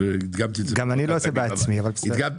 הדגמתי את זה כבר כמה פעמים בוועדה.